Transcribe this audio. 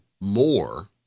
more